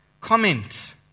comment